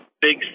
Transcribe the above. big